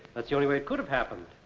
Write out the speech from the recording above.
that's the only way it could have happened.